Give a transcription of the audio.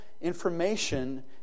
information